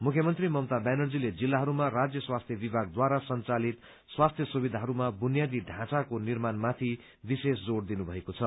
मुख्यमन्त्र ममता ब्यानर्जीले जिल्लाहरूमा राज्य स्वास्थ्य विभागद्वारा संचालित स्वास्थ्य सुविधाहरूमाथि बुनियादी ढाँचाको निर्माण माथि विशेष जोर दिनुभएको छ